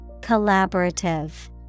Collaborative